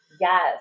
Yes